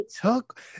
took